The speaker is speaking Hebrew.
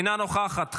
אינה נוכחת,